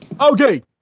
Okay